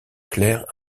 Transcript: clercs